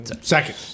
second